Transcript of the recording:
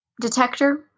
detector